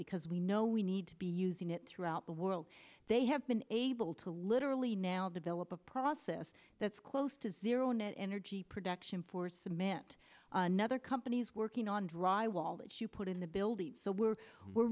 because we know we need to be using it throughout the world they have been able to literally now develop a process that's close to zero net energy production for cement another companies working on dry wall that you put in the building so we're we're